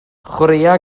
chwaraea